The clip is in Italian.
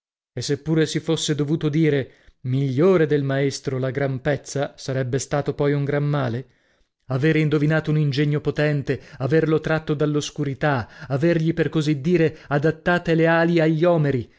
pure si fosse dovuto dire migliore del maestro la gran pezza sarebbe stato poi un gran male avere indovinato un ingegno potente averlo tratto dall'oscurità avergli per così dire adattate le ali agli omeri